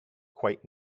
quite